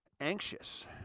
anxious